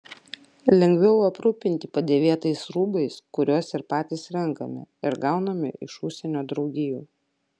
lengviau aprūpinti padėvėtais rūbais kuriuos ir patys renkame ir gauname iš užsienio draugijų